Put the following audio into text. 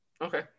Okay